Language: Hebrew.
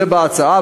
זה מוצע בהצעה,